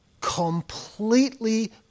completely